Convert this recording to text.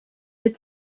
had